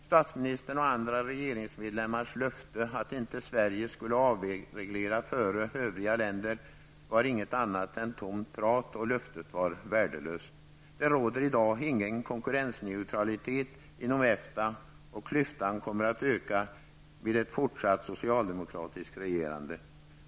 Statsministern och andra regeringsmedlemmars löfte att Sverige inte skulle avreglera före övriga länder var inget annat än tomt prat, och löftet var värdelöst. Det råder i dag ingen konkurrensneutralitet inom EFTA, och klyftan kommer att öka med ett fortsatt socialdemokratiskt regerande.